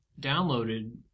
downloaded